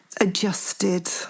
adjusted